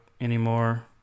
anymore